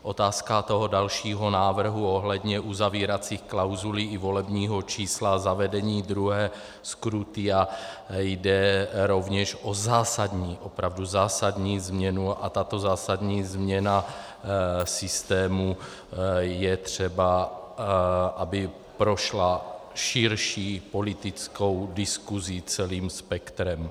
Otázka toho dalšího návrhu ohledně uzavíracích klauzulí i volebního čísla, zavedení druhého skrutinia, jde rovněž o zásadní, opravdu zásadní změnu, a tato zásadní změna systému je třeba, aby prošla širší politickou diskusí celým spektrem.